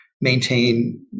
maintain